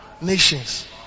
nations